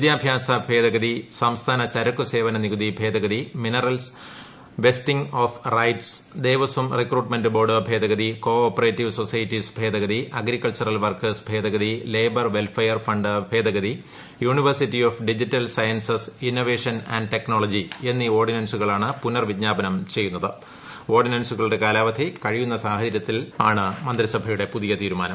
വിദ്യാഭ്യാസ ഭേദഗതി സംസ്ഥാന ചരക്കുസേവന നികുതി ഭേദഗതി Kerala minerals vesting of rights Kerala Devaswom recruitment board ഭേദഗതി കോ ഓപ്പറേറ്റീവ് സൊസൈറ്റീസ് ഭേദഗതി അഗ്രികൾച്ചറൽ വർക്കേഴ്സ് ഭേദഗതി ലേബർ വെൽഫയർ ഫണ്ട് ഭേദഗതി university of digital sciences innovation and technology എന്നീ ഓർഡിനൻസുകളുടെ കാലാവധി കഴിയുന്ന സാഹചര്യത്തിലാണ് മന്ത്രിസഭാ തീരുമാനം